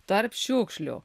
tarp šiukšlių